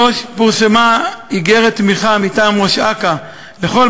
3. פורסמה איגרת תמיכה מטעם ראש אכ"א לכל